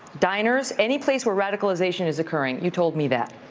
diners, any place where radicalization is occurring. you told me that.